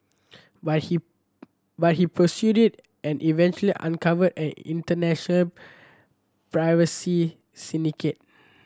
but he but he pursued it and eventually uncovered an international privacy syndicate